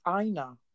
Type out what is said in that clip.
Aina